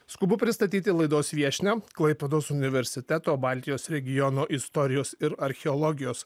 skubu pristatyti laidos viešnią klaipėdos universiteto baltijos regiono istorijos ir archeologijos